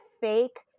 fake